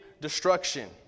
destruction